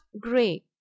grey